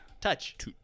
Touch